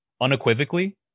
unequivocally